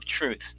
truth